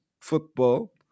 football